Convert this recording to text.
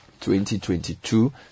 2022